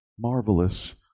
Marvelous